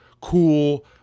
cool